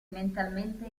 mentalmente